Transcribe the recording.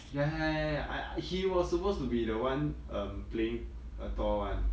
ya ya ya ya I he was supposed to be the one um playing uh thor [one]